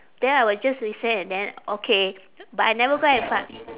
then I was just listening and then okay but I never go and f~